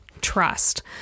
trust